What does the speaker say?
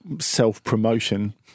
self-promotion